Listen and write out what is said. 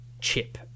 chip